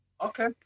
Okay